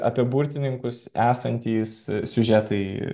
apie burtininkus esantys siužetai